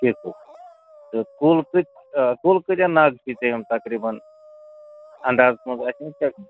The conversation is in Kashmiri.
ٹھیٖک تہٕ کُل کۭتیاہ کُل کۭتیاہ نَگ چھُے ژےٚ یِم تَقریٖباً اَندازَس منٛز آسہِ نہ ژےٚ